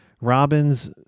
Robins